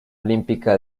olímpica